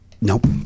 nope